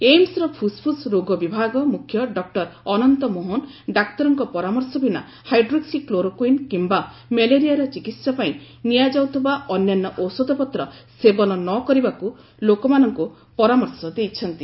ଏମ୍ସର ଫୁସ୍ଫୁସ୍ ରୋଗ ବିଭାଗ ମୁଖ୍ୟ ଡକ୍ଟର ଅନନ୍ତ ମୋହନ ଡାକ୍ତରଙ୍କ ପରାମର୍ଶ ବିନା ହାଇଡ୍ରୋକ୍ସି କ୍ଲୋରୋକୁଇନ୍ କିୟା ମ୍ୟାଲେରିଆର ଚିକିତ୍ସା ପାଇଁ ନିଆଯାଉଥିବା ଅନ୍ୟାନ୍ୟ ଔଷଧପତ୍ର ସେବନ ନ କରିବାକୁ ଲୋକମାନଙ୍କୁ ପରାମର୍ଶ ଦେଇଛନ୍ତି